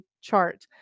chart